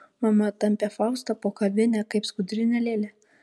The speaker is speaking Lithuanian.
mama tampė faustą po kavinę kaip skudurinę lėlę